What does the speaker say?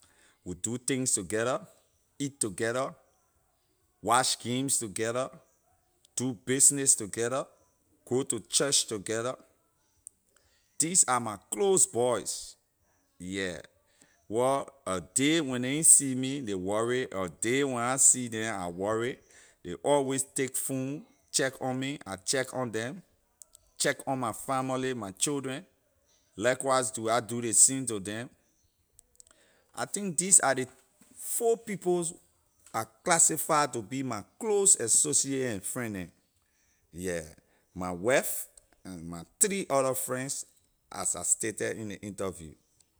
We do things together eat together watch games together do business together go to church together these are my close boys yeah wor a day when neh see me ley worry a day when I see neh I worry ley always take phone check on me I check on them check on my family my children likewise do I do ley same to them I think these are ley four peoples I classify to be my close associate and friend neh yeah my wife and my three other friends as I stated in ley interview.